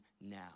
now